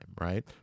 right